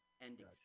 ending